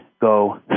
go